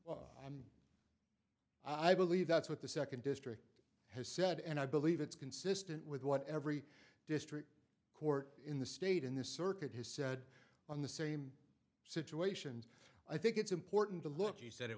you i believe that's what the second district has said and i believe it's consistent with what every district court in the state in this circuit has said on the same situations i think it's important to look he said it